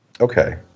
Okay